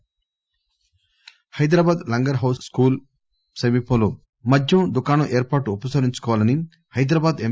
అప్సీల్ Hyderabad Langar Houz school సమీపంలో మద్యం దుకాణం ఏర్పాటు ఉపసంహరించుకోవాలని హైదరాబాద్ ఎం